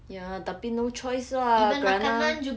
ya tapi no choice lah kerana